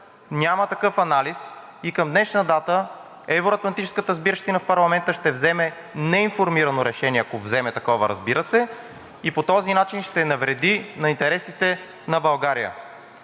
няма такъв анализ и към днешна дата евро-атлантическата сбирщина в парламента ще вземе неинформирано решение, ако вземе такова, разбира се, и по този начин ще навреди на интересите на България.